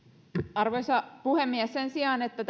arvoisa puhemies sen sijaan että